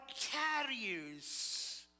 carriers